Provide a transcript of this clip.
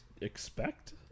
expect